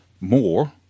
more